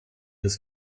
des